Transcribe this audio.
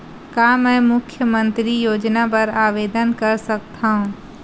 का मैं मुख्यमंतरी योजना बर आवेदन कर सकथव?